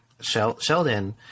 Sheldon